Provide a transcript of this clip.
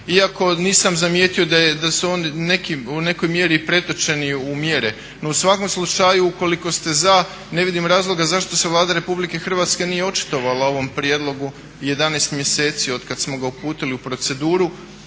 iako nisam zamijetio da su oni u nekoj mjeri i pretočeni u mjere, no u svakom slučaju ukoliko ste za ne vidim razloga zašto se Vlada Republike Hrvatske nije očitovala o ovom prijedlogu 11 mjeseci od kad smo ga uputili u proceduru?